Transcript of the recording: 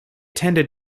tended